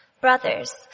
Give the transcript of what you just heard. Brothers